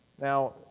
Now